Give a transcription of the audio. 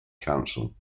council